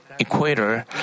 Equator